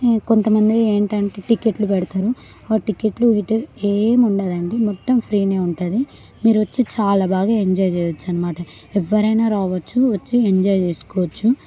కొంత మంది ఏంటంటే టికెట్లు పెడతారు అవి టికెట్లు గిట్ట ఏమి ఉండదండి మొత్తం ఫ్రీనే ఉంటుంది మీరు వచ్చి చాలా బాగా ఎంజాయ్ చేయవచ్చు అన్నమాట ఎవరైనా రావచ్చు వచ్చి ఎంజాయ్ చేసుకోవచ్చు